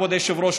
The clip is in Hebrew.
כבוד היושב-ראש,